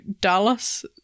Dallas